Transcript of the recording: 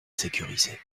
sécurisée